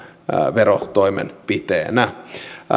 verotoimenpiteenä